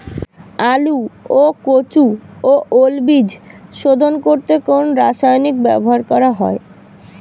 আলু ও কচু ও ওল বীজ শোধন করতে কোন রাসায়নিক ব্যবহার করা হয়?